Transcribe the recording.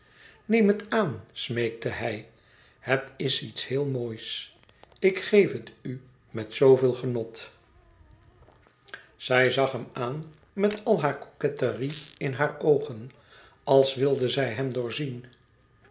neem het aan smeekte hij het is iets heel moois ik geef het u met zooveel genot zij zag hem aan met al hare coquetterie in hare oogen als wilde zij hem doorzien